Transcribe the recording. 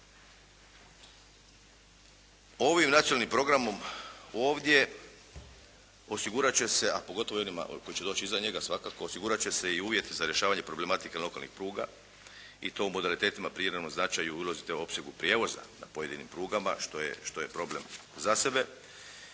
Ovim nacionalnim programom ovdje osigurat će se a pogotovo ljudima koji će doći iza njega svakako osigurat će se i uvjeti za rješavanje problematike lokalnih pruga i to u modalitetima … /Govornik se ne razumije./ … značaju, ulozi te opsegu prijevoza na pojedinim prugama što je problem za sebe.